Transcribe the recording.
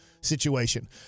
situation